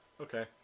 Okay